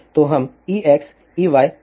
तो हम Ex Ey Hx और Hy प्राप्त कर सकते हैं